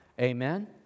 Amen